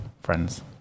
friends